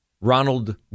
Ronald